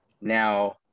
now